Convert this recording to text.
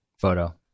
Photo